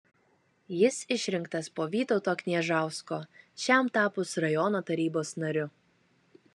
jis išrinktas po vytauto kniežausko šiam tapus rajono tarybos nariu